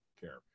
care